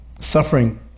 suffering